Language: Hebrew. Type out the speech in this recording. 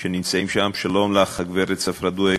שנמצאים שם, שלום לך, הגברת צפרא דוויק,